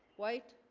white